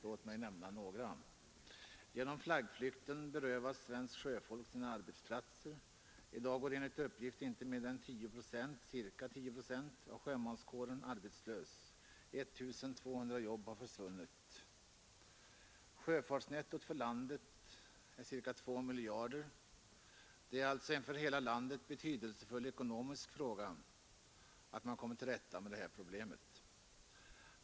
Låt mig nämna några. Genom flaggflykten berövas svenskt sjöfolk sina arbetsplatser. I dag går enligt uppgift inte mindre än ca 10 procent av sjömanskåren arbetslös. 1 200 jobb har försvunnit. Sjöfartsnettot för vårt land är ca 2 miljarder. Det är alltså en för hela landet betydelsefull ekonomisk fråga att komma till rätta med det här problemet.